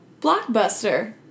blockbuster